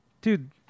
Dude